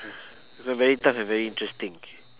this one very tough and very interesting